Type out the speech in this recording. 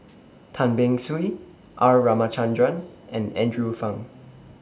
Tan Beng Swee R Ramachandran and Andrew Phang